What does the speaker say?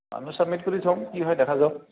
আমিও ছাবমিট কৰি থওঁ কি হয় দেখা যাওক